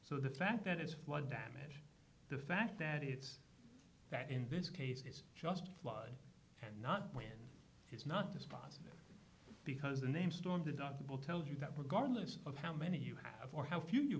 so the fact that it's flood damage the fact that it's that in this case it's just flood and not when it's not this box because the name storm deductible tells you that regardless of how many you have or h